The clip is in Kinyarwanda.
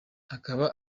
akaba